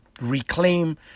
reclaim